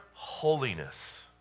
Holiness